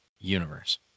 universe